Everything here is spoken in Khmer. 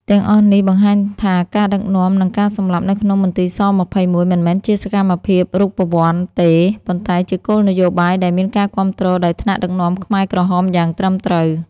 ទាំងអស់នេះបង្ហាញថាការដឹកនាំនិងការសម្លាប់នៅក្នុងមន្ទីរស-២១ មិនមែនជាសកម្មភាពរូបវន្តទេ ប៉ុន្តែជាគោលនយោបាយដែលមានការគាំទ្រដោយថ្នាក់ដឹកនាំខ្មែរក្រហមយ៉ាងត្រឹមត្រូវ។